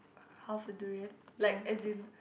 half a durian like as in